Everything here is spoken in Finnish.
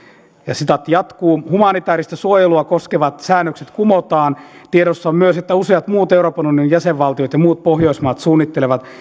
sitaatti jatkuu humanitaarista suojelua koskevat säännökset kumotaan tiedossa on myös että useat muut euroopan unionin jäsenvaltiot ja muut pohjoismaat suunnittelevat